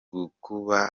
gakuba